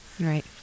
right